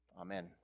Amen